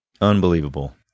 unbelievable